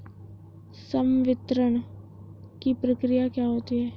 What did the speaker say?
संवितरण की प्रक्रिया क्या होती है?